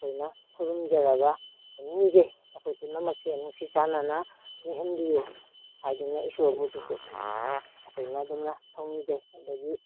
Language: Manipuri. ꯑꯩꯈꯣꯏꯅ ꯈꯨꯔꯨꯝꯖꯔꯒ ꯃꯤꯁꯦ ꯑꯩꯈꯣꯏ ꯄꯨꯝꯅꯃꯛꯁꯦ ꯅꯨꯡꯁꯤ ꯆꯥꯟꯅꯅ ꯂꯩꯍꯟꯕꯤꯌꯨ ꯍꯥꯎꯗꯨꯅ ꯏꯁꯣꯔꯕꯨꯗꯨꯁꯨ ꯑꯩꯈꯣꯏꯅ ꯑꯗꯨꯝꯅ ꯊꯧꯅꯤꯖꯩ ꯑꯗꯒꯤ